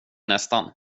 nästan